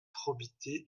probité